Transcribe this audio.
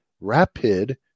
rapid